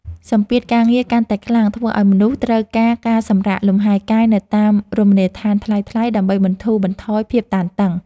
សម្ពាធការងារកាន់តែខ្លាំងធ្វើឱ្យមនុស្សត្រូវការការសម្រាកលំហែកាយនៅតាមរមណីយដ្ឋានថ្លៃៗ ដើម្បីបន្ធូរបន្ថយភាពតានតឹង។